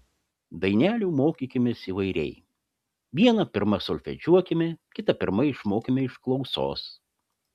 dainelių mokykimės įvairiai vieną pirma solfedžiuokime kitą pirma išmokime iš klausos